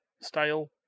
style